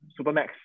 Supermax